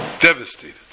Devastated